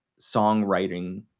songwriting